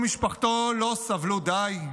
האם יוסי ומשפחתו לא סבלו די?